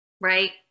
right